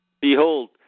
Behold